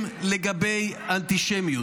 קולומביה.